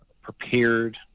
prepared